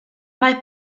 mae